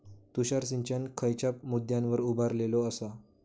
तुषार सिंचन खयच्या मुद्द्यांवर उभारलेलो आसा?